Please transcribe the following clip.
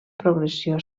progressió